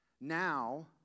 Now